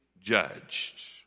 judged